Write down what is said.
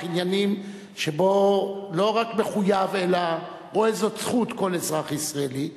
עניינים שבו לא רק מחויב אלא רואה זאת זכות כל אזרח ישראלי,